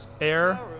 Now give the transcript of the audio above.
air